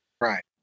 right